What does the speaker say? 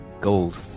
gold